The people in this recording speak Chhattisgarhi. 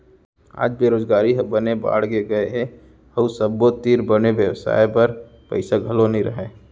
आज बेरोजगारी ह बने बाड़गे गए हे अउ सबो तीर बड़े बेवसाय बर पइसा घलौ नइ रहय